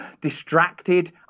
distracted